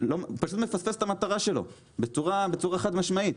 מפספס את המטרה שלו בצורה חד משמעית.